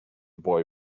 boy